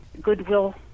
Goodwill